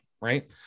right